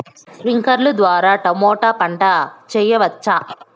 స్ప్రింక్లర్లు ద్వారా టమోటా పంట చేయవచ్చా?